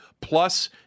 Plus